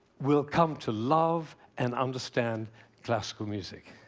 will come to love and understand classical music.